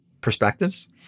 perspectives